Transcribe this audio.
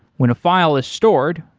when a file is stores,